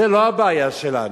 זו לא הבעיה שלנו.